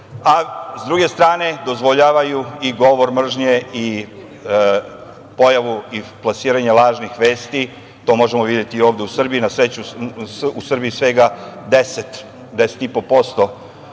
Sa druge strane, dozvoljavaju i govor mržnje i pojavu i plasiranje lažnih vesti. To možemo videti i ovde u Srbiji. Na sreću, u Srbiji svega 10,5%